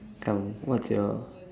come what's your